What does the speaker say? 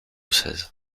seize